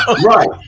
Right